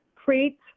Create